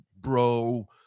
bro